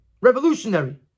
revolutionary